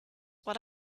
what